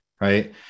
right